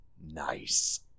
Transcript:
nice